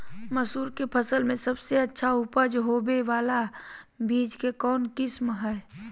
मसूर के फसल में सबसे अच्छा उपज होबे बाला बीज के कौन किस्म हय?